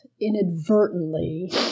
inadvertently